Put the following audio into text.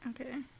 Okay